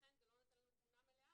ולכן זה לא נתן לנו תמונה מלאה,